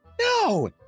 no